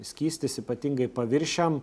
skystis ypatingai paviršiam